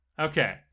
Okay